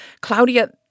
Claudia